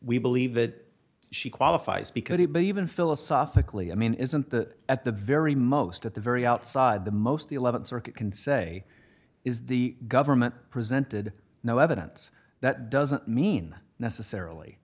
we believe that she qualifies because it but even philosophically i mean isn't that at the very most at the very outside the most the th circuit can say is the government presented no evidence that doesn't mean necessarily